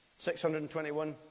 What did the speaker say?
621